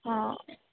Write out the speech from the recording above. हा